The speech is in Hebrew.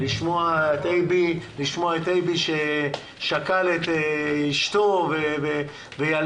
לשמוע את אייבי, ששכל את אשתו וילדו,